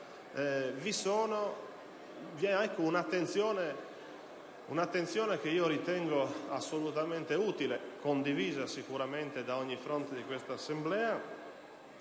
anche un'attenzione, che ritengo assolutamente utile e condivisa sicuramente da ogni fronte di quest'Assemblea,